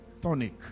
tonic